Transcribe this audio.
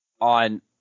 On